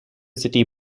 city